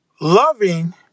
loving